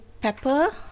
pepper